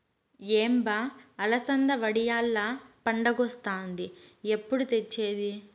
ఏం బా అలసంద వడియాల్ల పండగొస్తాంది ఎప్పుడు తెచ్చేది